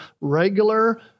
regular